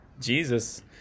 jesus